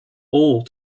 all